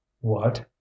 What